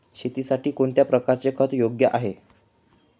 शेतीसाठी कोणत्या प्रकारचे खत योग्य आहे?